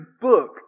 book